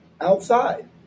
outside